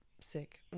sick